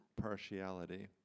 partiality